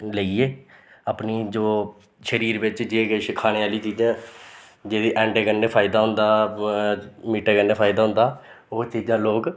लेइयै अपनी जो शरीर बिच्च जे किश खाने आह्ली चीज़ां जेह्ड़े अंडे कन्नै फायदा होंदा मीटै कन्नै फायदा होंदा ओह् चीज़ां लोक